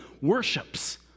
worships